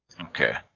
Okay